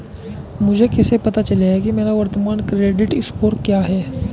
मुझे कैसे पता चलेगा कि मेरा वर्तमान क्रेडिट स्कोर क्या है?